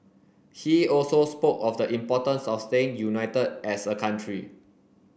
he also spoke of the importance of staying united as a country